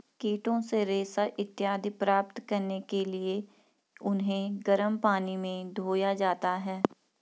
कीटों से रेशा इत्यादि प्राप्त करने के लिए उन्हें गर्म पानी में धोया जाता है